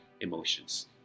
emotions